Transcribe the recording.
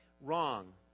Wrong